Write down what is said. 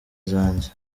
zanjye